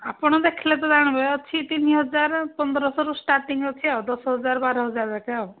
ଆପଣ ଦେଖିଲେ ତ ଜାଣିବେ ଦୁଇ ତିନିହଜାର ପନ୍ଦରଶହରୁ ଷ୍ଟାର୍ଟିଙ୍ଗ ଅଛି ଆଉ ଦଶହଜାର ବାରହଜାର ଯାକେ ଆଉ